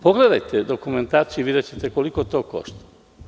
Pogledajte dokumentaciju i videćete koliko to košta?